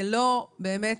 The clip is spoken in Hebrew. זה לא עוזר.